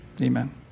Amen